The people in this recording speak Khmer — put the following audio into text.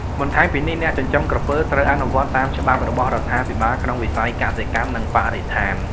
បន្ថែមពីនេះអ្នកចិញ្ចឹមក្រពើត្រូវអនុវត្តតាមច្បាប់របស់រដ្ឋាភិបាលក្នុងវិស័យកសិកម្ម និងបរិស្ថាន។